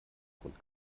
grund